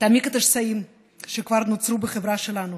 תעמיק את השסעים שכבר נוצרו בחברה שלנו